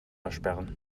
versperren